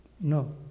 no